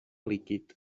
líquid